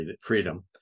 freedom